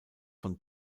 von